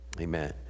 Amen